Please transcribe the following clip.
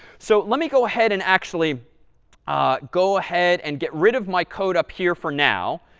so let me go ahead and actually ah go ahead and get rid of my code up here for now.